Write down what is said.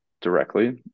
directly